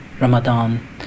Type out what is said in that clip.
Ramadan